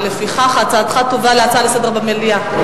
ולפיכך הצעתך תובא כהצעה לסדר-היום במליאה.